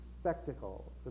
spectacle